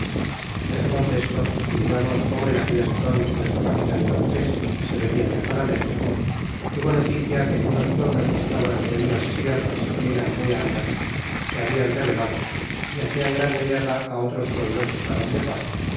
dexémonos desto y digamos como en aquella sazon nuestro capitan cortés se venia ya para méxico tuvo noticia que en unos pueblos que estaban en unas sierras que eran muy agras se hablan rebelado y hacian grande guerra á otros pueblos que estaban de paz